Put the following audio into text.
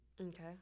Okay